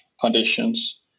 conditions